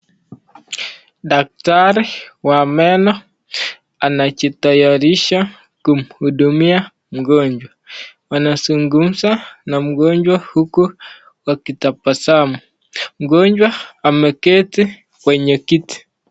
Daktari wa meno anajitayarisha kumhudumia mgonjwa, wanazungumza na mgonjwa huku wakitabasamu. mgonjwa ameketi kwenye kiti.